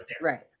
Right